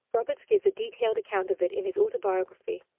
roberts gives a detailed account of it in his autobiography.